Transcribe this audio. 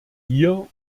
hier